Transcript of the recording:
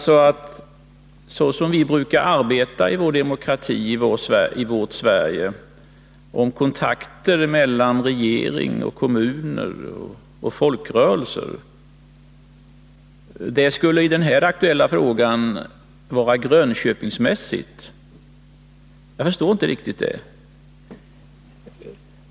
Så som vi brukar arbeta i vårt demokratiska Sverige med kontakter mellan regering, kommuner och folkrörelser, skulle alltså i den här aktuella frågan vara grönköpingsmässigt. Jag förstår inte riktigt det.